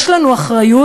יש לנו אחריות.